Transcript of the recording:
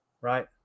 right